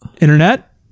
internet